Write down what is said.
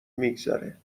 میگذره